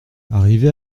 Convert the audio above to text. arrivé